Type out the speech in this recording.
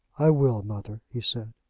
i will, mother, he said.